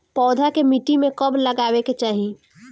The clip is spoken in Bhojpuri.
पौधा के मिट्टी में कब लगावे के चाहि?